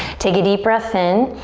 take a deep breath in.